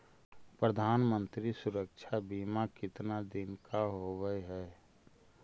प्रधानमंत्री मंत्री सुरक्षा बिमा कितना दिन का होबय है?